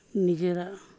ᱱᱤᱡᱮᱨᱟᱜ